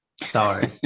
Sorry